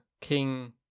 King